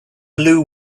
blew